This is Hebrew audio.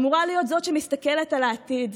אמורה להיות זאת שמסתכלת על העתיד,